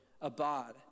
abad